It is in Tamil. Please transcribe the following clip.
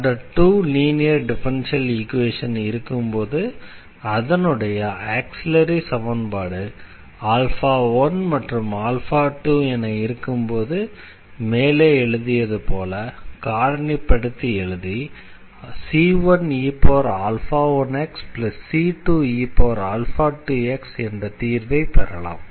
ஆர்டர் 2 லீனியர் டிஃபரன்ஷியல் ஈக்வேஷன் இருக்கும்போது அதனுடைய ஆக்ஸிலரி சமன்பாடு 1 மற்றும் 2 என இருக்கும்போது மேலே எழுதியது போல காரணிப்படுத்தி எழுதி c1e1xc2e2x என்ற தீர்வை பெறலாம்